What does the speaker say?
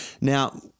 Now